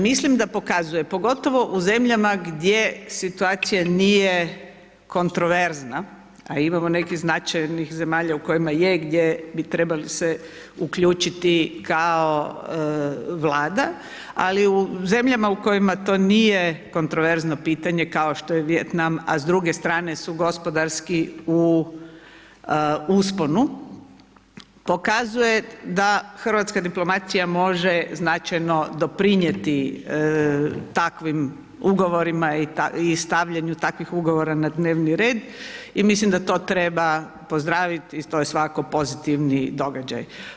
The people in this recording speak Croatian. Mislim da pokazuje, pogotovo u zemljama gdje situacija nije kontroverzna, a imamo neki značajnih zemalja u kojima je gdje bi trebali se uključiti kao vlada, ali u zemljama u kojima to nije kontroverzno pitanje, kao što je Vijetnam, a s druge strane su gospodarski u usponu, pokazuje da hrvatska diplomacija može značajno doprinijeti takvih ugovorima i stavljanju takvih ugovora na dnevni red i mislim da to treba pozdraviti i to je svakako pozitivni događaj.